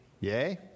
yay